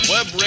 Web